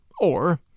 Or